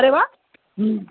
अरे वा